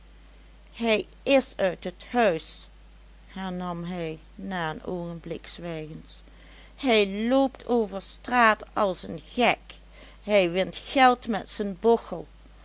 hij is uit het huis hernam hij na een oogenblik zwijgens hij loopt over straat as en gek hij wint geld met zen bochel